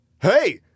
Hey